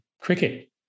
cricket